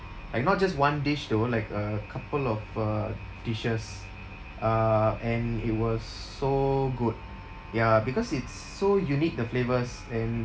like not just one dish though like a couple of uh dishes uh and it was so good ya because it's so unique the flavours and